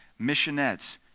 Missionettes